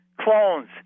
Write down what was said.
Clones